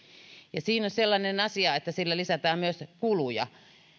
siinä on sellainen asia että sillä lisätään myös kuluja